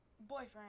boyfriend